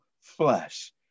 flesh